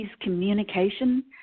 communication